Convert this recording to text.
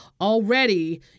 already